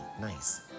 nice